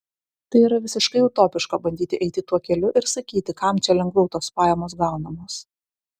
tai yra visiškai utopiška bandyti eiti tuo keliu ir sakyti kam čia lengviau tos pajamos gaunamos